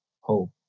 Hope